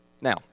Now